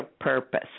purpose